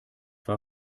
war